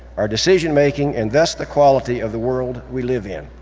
our decision-making, and thus the quality of the world we live in.